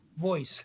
voice